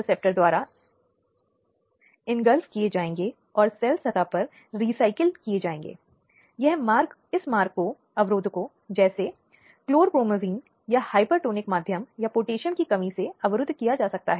तो सरकारी वकील होगा लेकिन सरकारी वकील के साथ पीड़ित को एक वकील नियुक्त करने का अधिकार है जो ऐसे सरकारी अभियोजकों के साथ समन्वय में काम करता है